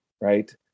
right